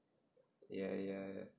ya ya ya